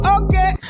okay